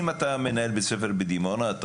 אם אתה מנהל בית ספר בדימונה אתה